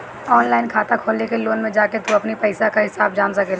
online खाता खोल के लोन में जाके तू अपनी पईसा कअ हिसाब जान सकेला